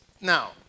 now